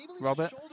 Robert